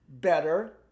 better